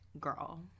Girl